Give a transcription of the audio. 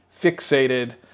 fixated